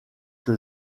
que